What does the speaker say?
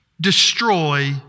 destroy